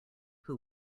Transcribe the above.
who